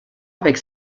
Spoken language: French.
avec